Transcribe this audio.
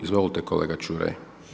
Izvolte kolega Ćuraj.